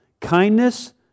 kindness